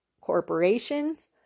Corporations